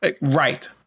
Right